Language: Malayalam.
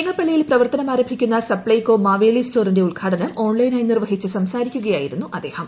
വെങ്ങപ്പള്ളിയിൽ പ്രവർത്തനമാരംഭിക്കുന്നു് സ്ത്രൈകോ മാവേലി സ്റ്റോറിന്റെ ഉദ്ഘാടനം ഓൺലൈനായി നിർവ്വഹിച്ച് സംസാരിക്കുക യായിരുന്നു അദ്ദേഹം